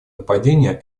нападения